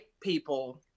people